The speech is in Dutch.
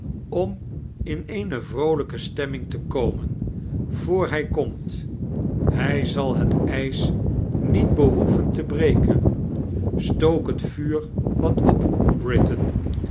om in eene vroolijke stemming tie kamen voor hij komt hij zal net ijs niet behoeven te breken stook bet vuur wat op